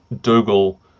Dougal